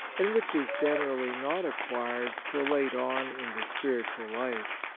and which is generally not acquired till late on in the spiritual life.